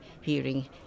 hearing